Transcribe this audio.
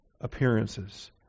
appearances